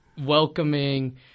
welcoming